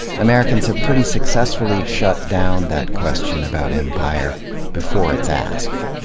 americans have pretty successfully shut down that question about empire before it's asked.